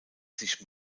sich